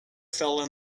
fell